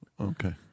Okay